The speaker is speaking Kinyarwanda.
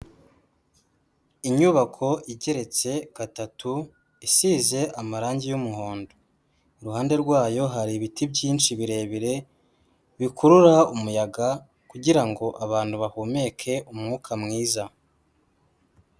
Inyubako igeretse gatatu isize amarangi y'umuhondo. Iruhande rwayo hari ibiti byinshi birebire bikurura umuyaga kugira ngo abantu bahumeke umwuka mwiza.